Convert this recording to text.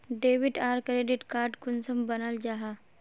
Debit आर credit card कुंसम बनाल जाहा?